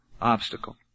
obstacle